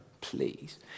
Please